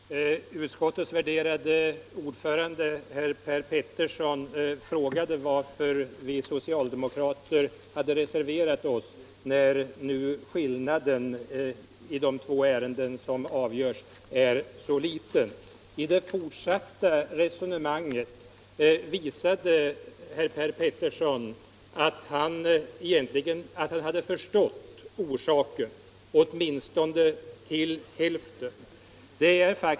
Herr talman! Utskottets värderade ordförande herr Per Petersson frågade varför vi socialdemokrater hade reserverat oss när nu skillnaden i de två ärenden det gäller är så liten. I det fortsatta resonemanget visade herr Per Petersson att han hade förstått orsaken — åtminstone till hälften.